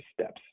steps